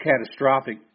catastrophic